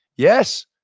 yes.